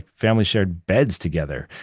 families shared beds together.